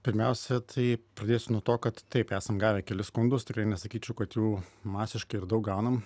pirmiausia tai pradėsiu nuo to kad taip esam gavę kelis skundus tikrai nesakyčiau kad jų masiškai ir daug gaunam